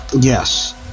Yes